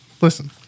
Listen